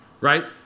right